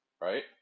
Right